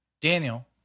Daniel